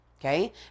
okay